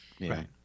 Right